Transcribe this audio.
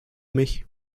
mich